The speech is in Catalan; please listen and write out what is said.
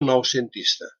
noucentista